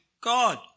God